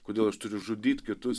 kodėl aš turiu žudyt kitus